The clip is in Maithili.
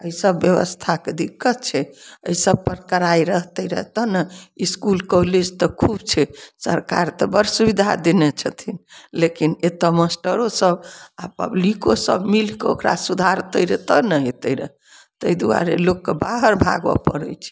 एहि सब ब्यवस्थाके दिक्कत छै एहि सब पर कड़ाइ रहतै रए तऽ ने इसकुल कॉलेज तऽ खूब छै सरकार तऽ बड्ड सुविधा देने छथिन लेकिन एतऽ मास्टरो सब आ पब्लिको सब मीलिकए ओकरा सुधारतै रए तऽ ने हेतै रए ताहि दुआरे लोकके बाहर भागऽ पड़ै छै